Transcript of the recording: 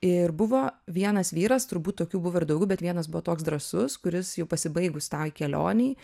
ir buvo vienas vyras turbūt tokių buvo ir daugiau bet vienas buvo toks drąsus kuris jau pasibaigus tai kelionei